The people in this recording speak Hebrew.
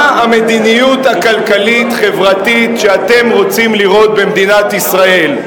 מה המדיניות הכלכלית-חברתית שאתם רוצים לראות במדינת ישראל.